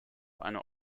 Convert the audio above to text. eine